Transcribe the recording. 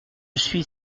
suis